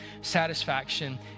Satisfaction